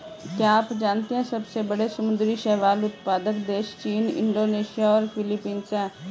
क्या आप जानते है सबसे बड़े समुद्री शैवाल उत्पादक देश चीन, इंडोनेशिया और फिलीपींस हैं?